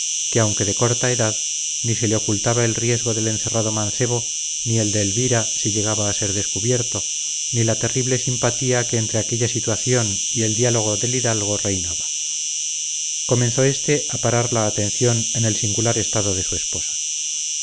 que aunque de corta edad ni se le ocultaba el riesgo del encerrado mancebo ni el de elvira si llegaba a ser descubierto ni la terrible simpatía que entre aquella situación y el diálogo del hidalgo reinaba comenzó éste a parar la atención en el singular estado de su esposa